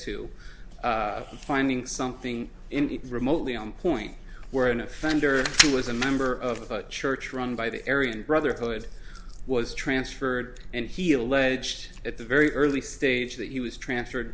to finding something remotely on point where an offender was a member of a church run by the area and brotherhood was transferred and he alleged at the very early stage that he was transferred